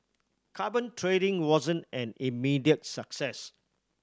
carbon trading wasn't an immediate success